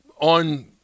on